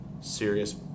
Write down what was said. serious